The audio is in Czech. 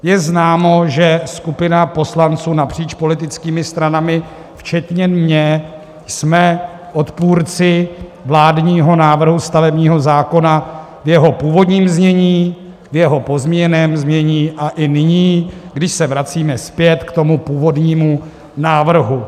Je známo, že skupina poslanců napříč politickými stranami včetně mě jsme odpůrci vládního návrhu stavebního zákona v jeho původním znění, v jeho pozměněném znění a i nyní, kdy se vracíme zpět k tomu původnímu návrhu.